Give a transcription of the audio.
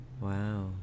Wow